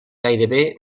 gairebé